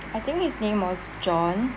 I think his name was john